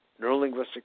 neurolinguistic